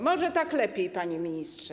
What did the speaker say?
Może tak lepiej, panie ministrze.